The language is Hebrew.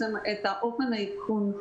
אופן העדכון.